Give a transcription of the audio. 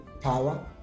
power